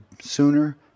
sooner